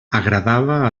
agradava